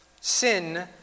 Sin